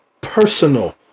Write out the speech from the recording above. personal